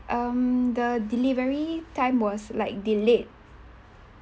um the delivery time was like delayed